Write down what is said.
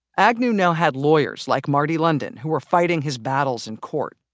agnew now had lawyers like marty london who were fighting his battles in court,